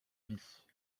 vie